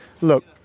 Look